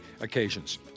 occasions